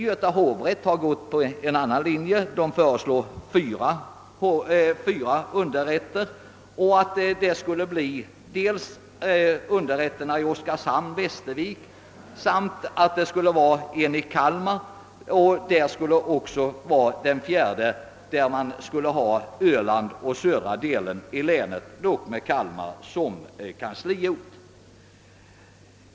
Göta hovrätt har dock gått efter en annan linje och föreslår fyra underrätter, nämligen underrätter i Oskarshamn, Västervik och Kalmar samt en underrätt, som skall täcka Öland och södra delen av länet med Kalmar som kansliort.